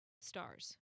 stars